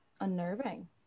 Unnerving